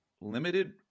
limited